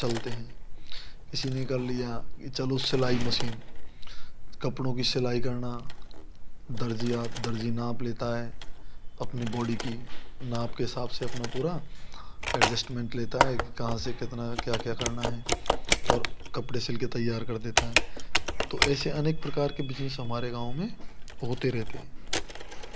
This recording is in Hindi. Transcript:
चलते हैं किसी ने कर ली यहाँ चलो सिलाई मसीन कपड़ों की सिलाई करना दर्जी या दर्जी नाप लेता है अपनी बॉडी की नाप के हिसाब से अपना पूरा एडजस्टमेंट लेता है कि कहाँ से क्या क्या लेना है और कपड़े सील कर तैयार कर देता है तो ऐसे अनेक प्रकार के बिजनेस हमारे गाँव में होते रहते हैं